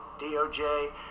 DOJ